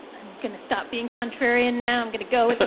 i'm going to stop being contrarian now. i'm going to go with but